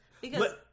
Because-